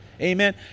Amen